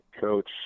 coach